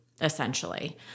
essentially